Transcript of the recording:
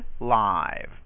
live